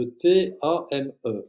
T-A-M-E